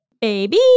Baby